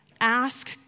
ask